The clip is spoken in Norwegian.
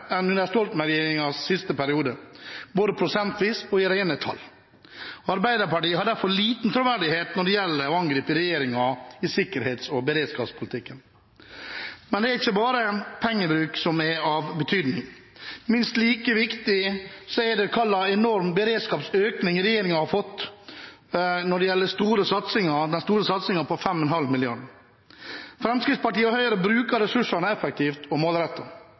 enn under Stoltenberg-regjeringens siste periode, både prosentvis og i rene tall. Arbeiderpartiet har derfor liten troverdighet når det gjelder å angripe regjeringen i sikkerhets- og beredskapspolitikken. Men det er ikke bare pengebruk som er av betydning; minst like viktig er det hva slags enorm beredskapsøkning regjeringen har fått til når det gjelder den store satsingen på 5,5 mrd. kr. Fremskrittspartiet og Høyre bruker ressursene effektivt og